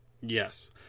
yes